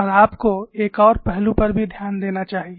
और आपको एक और पहलू पर भी ध्यान देना चाहिए